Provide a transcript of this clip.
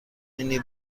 مینی